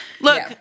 Look